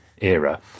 era